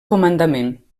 comandament